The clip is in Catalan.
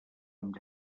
amb